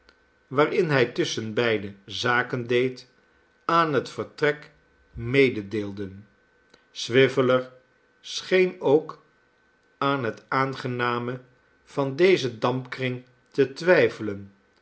waarin hij tusschenbeide zaken deed aan het vertrek mededeelden swiveller scheen ook aan het aangename van dezen dampkring te twijfelen